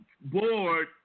board